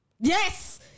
Yes